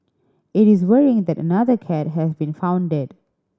it is worrying that another cat has been found dead